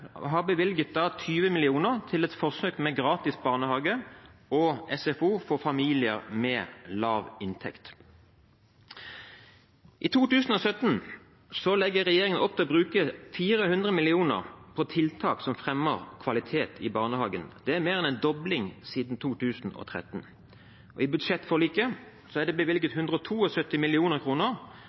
et forsøk med gratis barnehage og SFO for familier med lav inntekt. I 2017 legger regjeringen opp til å bruke 400 mill. kr på tiltak som fremmer kvalitet i barnehagen. Det er mer enn en dobling siden 2013. I budsjettforliket er det bevilget